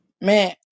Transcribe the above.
man